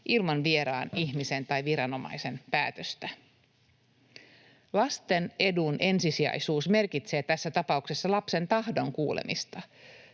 ilman vieraan ihmisen tai viranomaisen päätöstä. Lasten edun ensisijaisuus merkitsee tässä tapauksessa lapsen tahdon kuulemista.